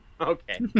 Okay